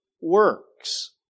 works